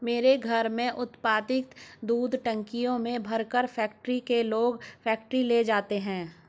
मेरे घर में उत्पादित दूध टंकियों में भरकर फैक्ट्री के लोग फैक्ट्री ले जाते हैं